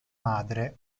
madre